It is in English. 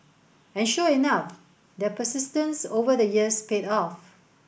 and sure enough their persistence over the years paid off